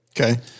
okay